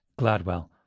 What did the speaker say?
Gladwell